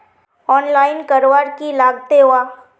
Online करवार की लगते वा?